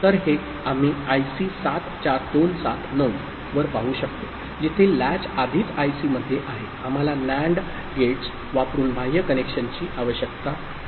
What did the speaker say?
तर हे आम्ही आयसी 74279 वर पाहू शकतो जिथे लॅच आधीच आयसी मध्ये आहे आम्हाला NAND गेट्स वापरुन बाह्य कनेक्शनची आवश्यकता नाही